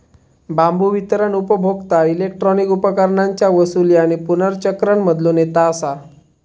बांबू वितरण उपभोक्ता इलेक्ट्रॉनिक उपकरणांच्या वसूली आणि पुनर्चक्रण मधलो नेता असा